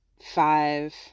five